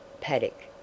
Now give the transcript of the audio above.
Paddock